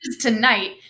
Tonight